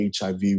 HIV